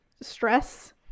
stress